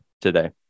today